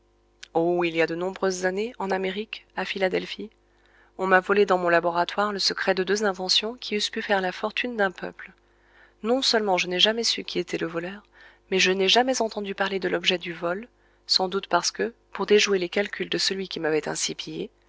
oh il y a de nombreuses années en amérique à philadelphie on m'a volé dans mon laboratoire le secret de deux inventions qui eussent pu faire la fortune d'un peuple non seulement je n'ai jamais su qui était le voleur mais je n'ai jamais entendu parler de l'objet du vol sans doute parce que pour déjouer les calculs de celui qui m'avait ainsi pillé